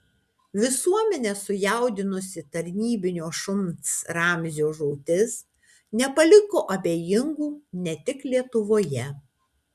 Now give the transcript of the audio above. visuomenę sujaudinusi tarnybinio šuns ramzio žūtis nepaliko abejingų ne tik lietuvoje